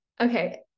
Okay